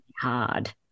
hard